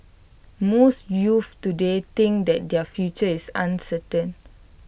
most youths today think that their future is uncertain